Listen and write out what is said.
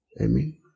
Amen